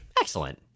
Excellent